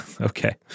Okay